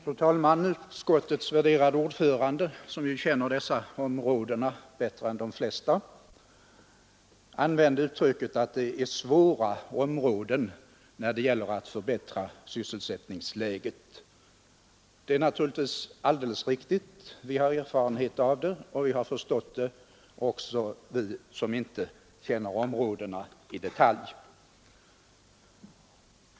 Fru talman! Utskottets värderade ordförande, som känner Norrlandslänen bättre än de flesta, använde uttrycket att det är svåra områden när det gäller att förbättra sysselsättningsläget. Det är naturligtvis alldeles riktigt. Också vi som inte känner områdena i detalj har förstått det och har erfarenhet av det.